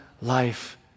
life